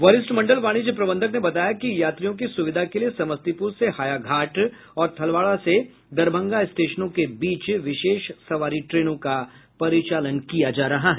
वरिष्ठ मंडल वाणिज्य प्रबंधक ने बताया कि यात्रियों की सुविधा के लिए समस्तीपुर से हायाघाट और थलवारा से दरभंगा स्टेशनों के बीच विशेष सवारी ट्रेनों का परिचालन किया जा रहा है